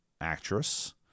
actress